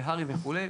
בהר"י וכולי,